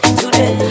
today